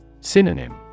Synonym